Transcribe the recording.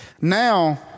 now